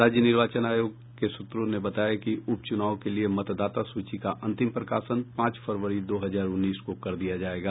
राज्य निर्वाचन आयोग के सूत्रों ने बताया कि उप चुनाव के लिए मतदाता सूची का अंतिम प्रकाशन पांच फरवरी दो हजार उन्नीस को कर दिया जायेगा